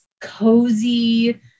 cozy